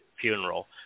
funeral